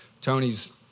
Tony's